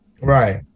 right